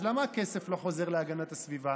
אז למה הכסף לא חוזר להגנת הסביבה?